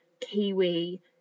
kiwi